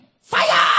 Fire